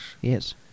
Yes